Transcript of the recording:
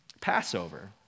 Passover